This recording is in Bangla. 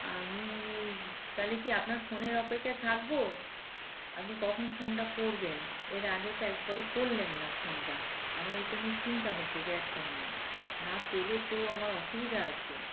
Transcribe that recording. আমি তাহলে কি আপনার ফোনের অপেক্ষায় থাকব আপনি কখন ফোনটা করবেন এর আগে তো একবারও করলেন না ফোনটা আমার এটা নিয়ে চিন্তা হচ্ছে গ্যাসটা নিয়ে না পেলে তো আমার অসুবিধা আছে